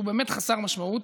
שהוא באמת חסר משמעות,